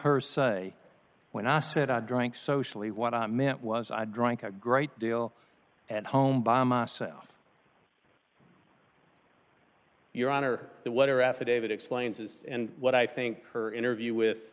her say when i said i drank socially what i meant was i drank a great deal at home by myself your honor that what her affidavit explains is and what i think her interview with